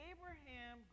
Abraham